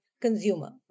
consumer